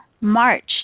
March